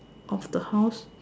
of the house